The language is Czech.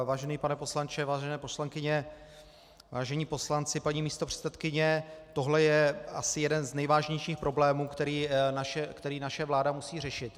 Vážený pane poslanče, vážené poslankyně, vážení poslanci, paní místopředsedkyně, tohle je asi jeden z nejvážnějších problémů, který naše vláda musí řešit.